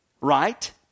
Right